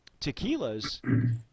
tequilas